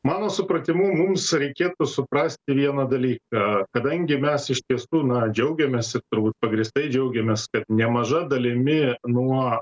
mano supratimu mums reikėtų suprasti vieną dalyką kadangi mes iš tiesų na džiaugiamės ir turbūt pagrįstai džiaugiamės kad nemaža dalimi nuo